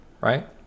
right